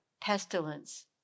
pestilence